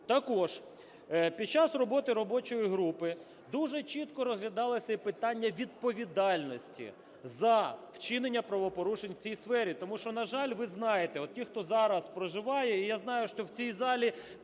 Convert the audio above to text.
Також під час роботи робочої групи дуже чітко розглядалося питання відповідальності за вчинення правопорушень у цій сфері, тому що, на жаль, ви знаєте, от ті, хто зараз проживає, і я знаю, що в цій залі